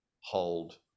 hold